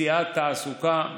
מציאת תעסוקה,